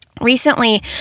Recently